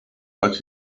but